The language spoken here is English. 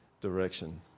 direction